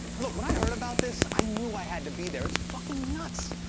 look, when i heard about this, i knew i had to be there. it's fucking nuts,